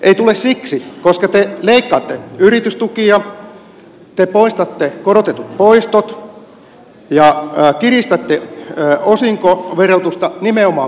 ei tule siksi että te leikkaatte yritystukia te poistatte korotetut poistot ja kiristätte osinkoverotusta nimenomaan perheyhtiöiltä nostatte sähköveroa